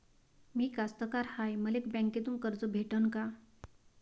मी कास्तकार हाय, मले बँकेतून कर्ज भेटन का?